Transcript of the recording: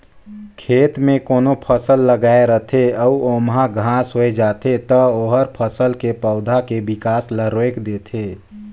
खेत में कोनो फसल लगाए रथे अउ ओमहा घास होय जाथे त ओहर फसल के पउधा के बिकास ल रोयक देथे